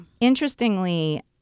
Interestingly